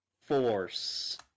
force